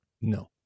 No